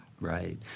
Right